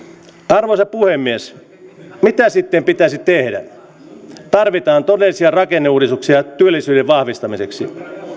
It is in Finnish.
arvoisa puhemies mitä sitten pitäisi tehdä tarvitaan todellisia rakenneuudistuksia työllisyyden vahvistamiseksi